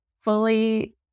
fully